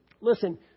listen